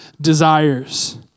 desires